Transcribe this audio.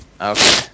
okay